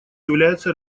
является